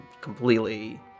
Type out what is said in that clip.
completely